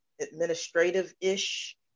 administrative-ish